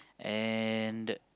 and